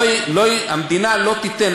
המדינה לא תיתן,